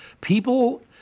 people